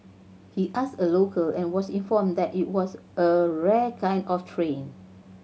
he asked a local and was informed that it was a rare kind of train